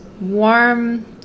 warm